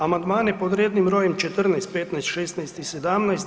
Amandmani pod rednim brojem 14., 15., 16. i 17.